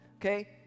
okay